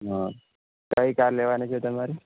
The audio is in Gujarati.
હા કઈ કાર લેવાની છે તમારે